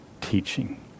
teaching